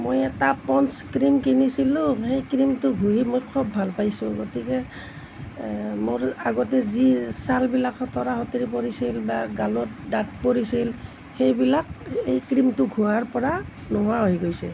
মই এটা Pond's cream কিনিছিলোঁ সেই ক্ৰীমটো ঘুহি মই খুব ভাল পাইছোঁ গতিকে মোৰ আগতে যি ছালবিলাক সোতোৰা সোতোৰি পৰিছিল বা গালত দাগ পৰিছিল সেইবিলাক এই ক্ৰীমটো ঘঁহাৰ পৰা নোহোৱা হৈ গৈছে